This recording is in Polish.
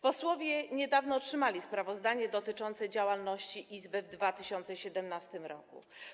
Posłowie niedawno otrzymali sprawozdanie dotyczące działalności izby w 2017 r.